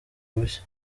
bushya